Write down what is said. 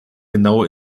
genaue